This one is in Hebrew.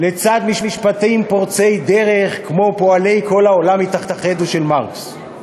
לצד משפטים פורצי דרך כמו "פועלי כל העולם התאחדו" של מרקס.